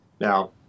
Now